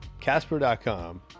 Casper.com